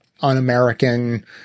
un-American